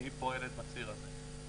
שהיא פועלת בציר הזה.